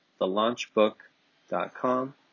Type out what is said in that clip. thelaunchbook.com